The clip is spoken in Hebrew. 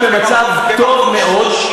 אנחנו במצב טוב מאוד,